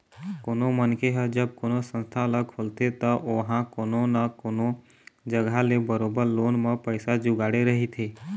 कोनो मनखे ह जब कोनो संस्था ल खोलथे त ओहा कोनो न कोनो जघा ले बरोबर लोन म पइसा जुगाड़े रहिथे